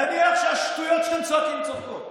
נניח שהשטויות שאתם צועקים צודקות